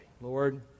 Lord